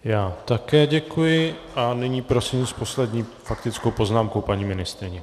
Já také děkuji a nyní prosím s poslední faktickou poznámkou paní ministryni.